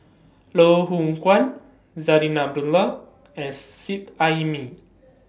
Loh Hoong Kwan Zarinah Abdullah and Seet Ai Mee